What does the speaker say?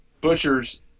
Butchers